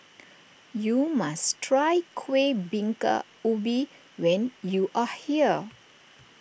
you must try Kuih Bingka Ubi when you are here